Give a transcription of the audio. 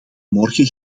morgen